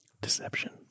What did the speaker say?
deception